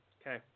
Okay